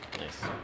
Nice